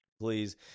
please